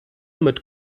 mit